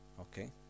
Okay